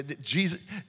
Jesus